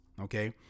okay